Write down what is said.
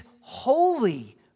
holy